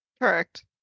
Correct